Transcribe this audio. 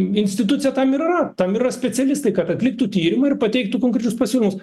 institucija tam ir yra tam yra specialistai kad atliktų tyrimą ir pateiktų konkrečius pasiūlymus